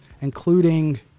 including